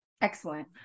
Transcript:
Excellent